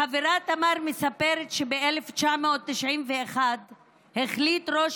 החברה תמר מספרת שב-1991 החליט ראש